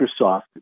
Microsoft